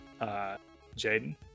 Jaden